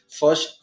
first